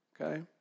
okay